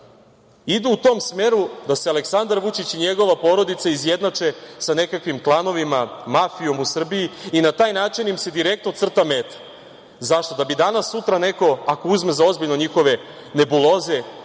idu u tom smeru da se Aleksandar Vučić i njegova porodica izjednače sa nekakvim klanovima, mafijom u Srbiji i na taj način im se direktno crta meta. Zašto? Da bi danas, sutra neko, ako uzme za ozbiljno, njihove nebuloze,